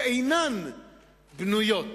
שאינן בנויות.